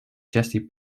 ĉesi